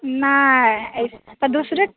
नहि तऽ दोसरे